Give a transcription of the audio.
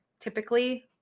typically